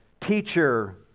teacher